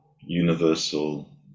universal